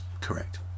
Correct